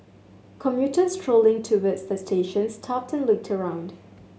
commuters strolling towards the station stopped and looked around